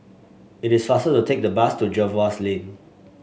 it is faster to take the bus to Jervois Lane